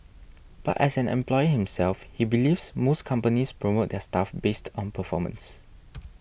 but as an employer himself he believes most companies promote their staff based on performance